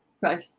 Right